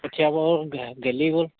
কঠীয়াবােৰ গেলি গ'ল